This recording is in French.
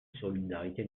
solidarité